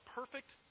perfect